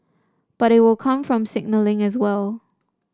but it will come from signalling as well